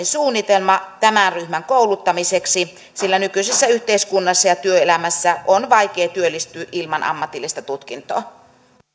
suunnitelma tämän ryhmän kouluttamiseksi sillä nykyisessä yhteiskunnassa ja työelämässä on vaikea työllistyä ilman ammatillista tutkintoa